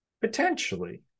Potentially